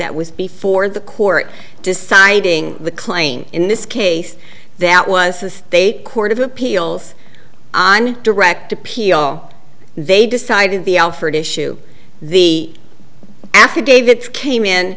that was before the court deciding the claim in this case that was they court of appeals on direct appeal they decided the alford issue the affidavit came in